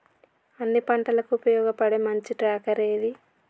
అన్ని పంటలకు ఉపయోగపడే మంచి ట్రాక్టర్ ఏది?